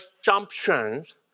assumptions